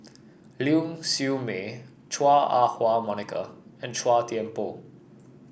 Ling Siew May Chua Ah Huwa Monica and Chua Thian Poh